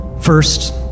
First